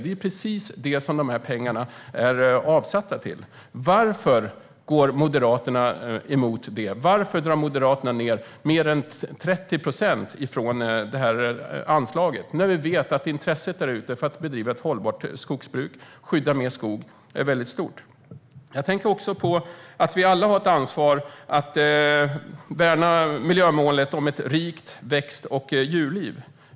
Det är precis det som pengarna är avsatta till. Varför går Moderaterna emot det? Varför drar Moderaterna ned mer än 30 procent på anslaget när vi vet att intresset där ute för att bedriva ett hållbart skogsbruk och skydda mer skog är stort? Vi har alla ett ansvar för att värna miljömålet om ett rikt växt och djurliv.